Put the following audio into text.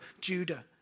Judah